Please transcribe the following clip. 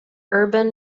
urban